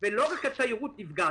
לא, חלילה, להיפך.